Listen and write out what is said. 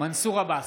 מנסור עבאס,